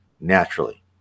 naturally